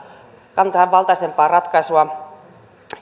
kansanvaltaisempaa ratkaisua